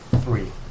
Three